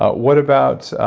ah what about,